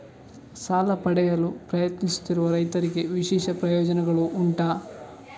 ಸಾಲ ಪಡೆಯಲು ಪ್ರಯತ್ನಿಸುತ್ತಿರುವ ರೈತರಿಗೆ ವಿಶೇಷ ಪ್ರಯೋಜನೆಗಳು ಉಂಟಾ?